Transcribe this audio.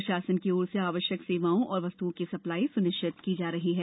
प्रशासन की ओर से आवश्यक सेवाओं और वस्तुओं की सप्लाई सुनिश्चित की जा रही है